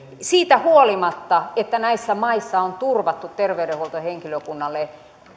siitä huolimatta että näissä maissa on turvattu terveydenhuoltohenkilökunnalle